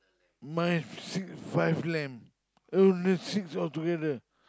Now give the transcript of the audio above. mine is six five lamb oh no six altogether